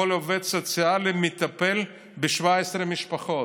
כל עובד סוציאלי מטפל ב-17 משפחות.